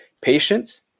patience